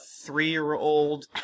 three-year-old